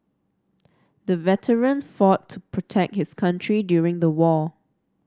the veteran fought to protect his country during the war